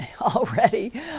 already